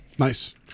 nice